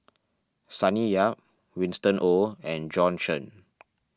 Sonny Yap Winston Oh and Bjorn Shen